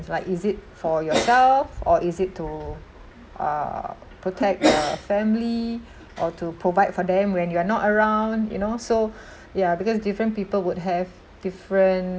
like is it for yourself or is it to uh protect a family or to provide for them when you're not around you know so ya because different people would have different